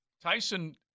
Tyson